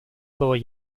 floor